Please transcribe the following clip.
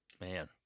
Man